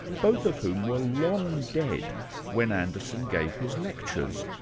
both of whom were long dead when anderson gave his lectures.